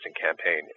campaign